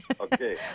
Okay